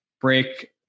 Break